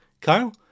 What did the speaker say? Kyle